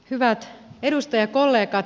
hyvät edustajakollegat